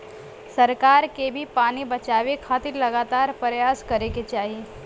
सरकार के भी पानी बचावे खातिर लगातार परयास करे के चाही